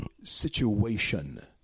situation